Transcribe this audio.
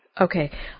Okay